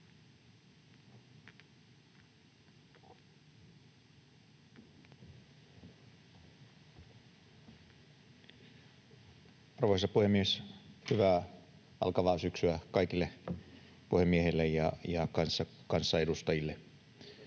Arvoisa puhemies! Hyvää alkavaa syksyä kaikille puhemiehille ja kanssaedustajille.